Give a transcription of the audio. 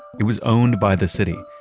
it was owned by the city,